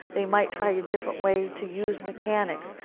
they might try a different way to use mechanics,